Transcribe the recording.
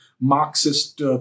Marxist